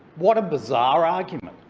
what a bizarre argument.